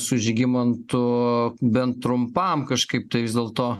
su žygimantu bent trumpam kažkaip tai vis dėlto